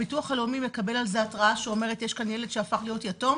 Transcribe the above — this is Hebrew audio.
הביטוח הלאומי מקבל על זה התראה שאומרת יש כאן ילד שהפך להיות יתום.